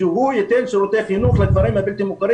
שהוא ייתן שירותי חינוך לכפרים הבלתי מוכרים